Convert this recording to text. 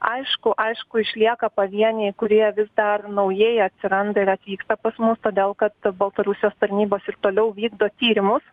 aišku aišku išlieka pavieniai kurie vis dar naujai atsiranda ir atvyksta pas mus todėl kad baltarusijos tarnybos ir toliau vykdo tyrimus